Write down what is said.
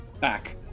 back